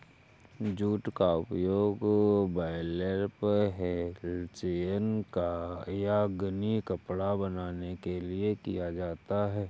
jute का उपयोग burlap hessian या गनी कपड़ा बनाने के लिए किया जाता है